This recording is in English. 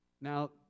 Now